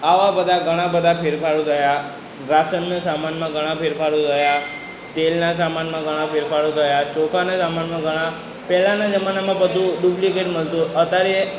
આવા બધા ઘણા બધા ફેરફારો થયા રાશનના સામાનમાં ઘણા ફેરફારો થયા તેલના સામાનમાં ઘણા ફેરફારો થયા ચોખાના સામાનમાં ઘણા પહેલાના જમાનામાં બધુ ડુબ્લિકેટ મળતું અત્યારે